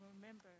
remember